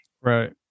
Right